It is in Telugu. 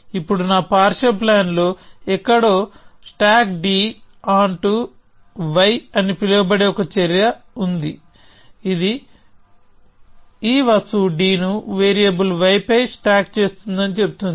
ఇప్పుడు నా పార్షియల్ ప్లాన్ లో ఎక్కడో stack D onto Y అని పిలువబడే ఒక చర్య ఉంది ఇది ఈ వస్తువు D ను వేరియబుల్ Y పై స్టాక్ చేస్తుందని చెబుతుంది